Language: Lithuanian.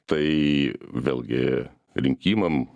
tai vėlgi rinkimam